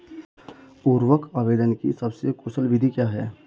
उर्वरक आवेदन की सबसे कुशल विधि क्या है?